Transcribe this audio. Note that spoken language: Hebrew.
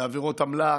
בעבירות אמל"ח,